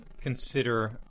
consider